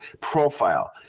profile